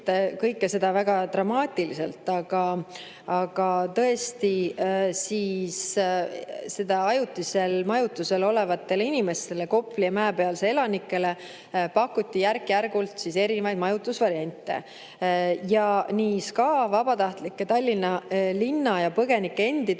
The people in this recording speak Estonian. kõike seda väga dramaatiliselt. Aga tõesti, ajutisel majutusel olevatele inimestele, Kopli ja Mäepealse elanikele, pakuti järk-järgult erinevaid majutusvariante ning SKA, vabatahtlike, Tallinna linna ja põgenike endi